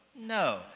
no